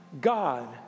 God